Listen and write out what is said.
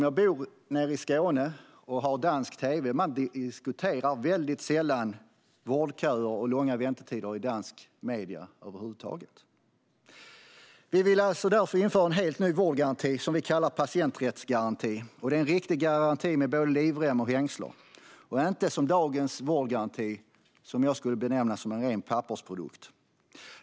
Jag bor nere i Skåne och har dansk tv. Man diskuterar väldigt sällan vårdköer och långa väntetider i danska medier över huvud taget. Vi vill därför införa en helt ny vårdgaranti som vi kallar patienträttsgaranti. Det är en riktig garanti med både livrem och hängslen, inte som dagens vårdgaranti, som jag skulle benämna som en ren pappersprodukt.